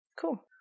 Cool